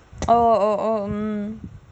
oh oh mm